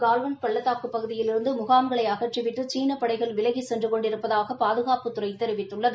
Calvin பள்ளத்தாக்கு பகுதியிலிருந்து முகாம்களை அகற்றிவிட்டு சீன படைகள் விலகி சென்று கொண்டிருப்பதாக பாதுகாப்புத்துறை தெரிவித்துள்ளது